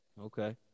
okay